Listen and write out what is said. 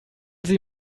sie